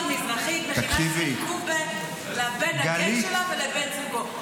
אימא מזרחית מכינה קובה לבן הגיי שלה ולבן זוגו.